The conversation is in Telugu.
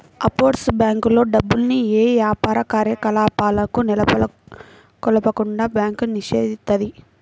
ఆఫ్షోర్ బ్యేంకుల్లో డబ్బుల్ని యే యాపార కార్యకలాపాలను నెలకొల్పకుండా బ్యాంకు నిషేధిత్తది